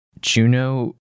Juno